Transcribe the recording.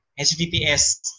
HTTPS